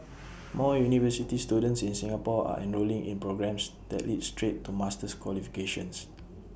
more university students in Singapore are enrolling in programmes that lead straight to master's qualifications